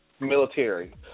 military